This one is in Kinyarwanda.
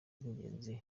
ry’ingenzi